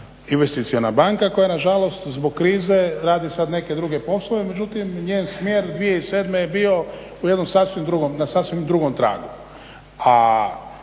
investiciona banka koja nažalost zbog krize radi sada neke druge poslove, međutim njen smjer 2007.je bio na sasvim drugom tragu.